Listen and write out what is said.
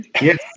Yes